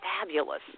fabulous